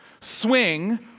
swing